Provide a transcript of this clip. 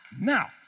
Now